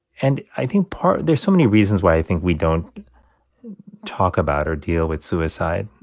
and i think part there's so many reasons why i think we don't talk about or deal with suicide,